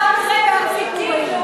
אתה לא מכיר באריתריאים כפליטים,